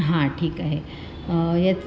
हां ठीक आहे याच